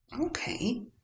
Okay